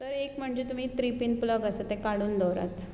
तर एक म्हणजे तुमी थ्री पीन प्लग आसात ते काडून दवरात